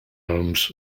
homes